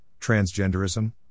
transgenderism